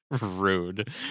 Rude